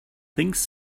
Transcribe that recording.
things